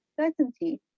certainty